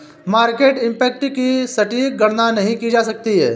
market impact की सटीक गणना नहीं की जा सकती